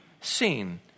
seen